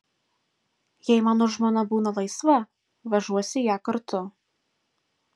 jei mano žmona būna laisva vežuosi ją kartu